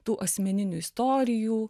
tų asmeninių istorijų